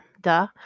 Duh